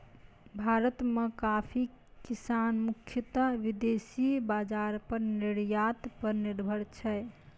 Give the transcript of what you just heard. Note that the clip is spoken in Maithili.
भारत मॅ कॉफी किसान मुख्यतः विदेशी बाजार पर निर्यात पर निर्भर छै